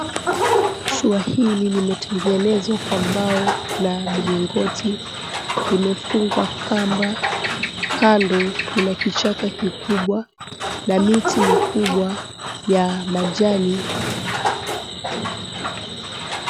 Mashua hili limetengenezwa kwa mbao na mlingoti. Imefungwa kamba kando kuna kichaka kikubwa na miti mikubwa ya majani.